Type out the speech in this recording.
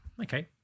okay